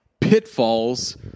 pitfalls